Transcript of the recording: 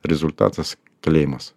rezultatas kalėjimas